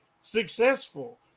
successful